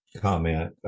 comment